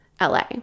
LA